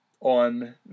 on